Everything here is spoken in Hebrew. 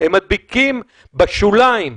הם מדביקים בשוליים.